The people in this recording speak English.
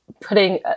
putting